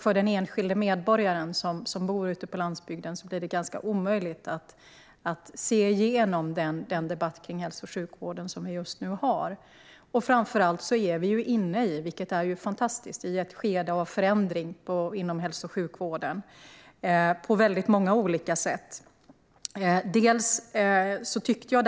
För den enskilde medborgaren som bor på landsbygden blir det omöjligt att se igenom den debatt om hälso och sjukvården som vi nu har. Sverige är inne i ett skede av förändring inom hälso och sjukvården på många olika sätt, vilket är fantastiskt.